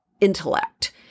intellect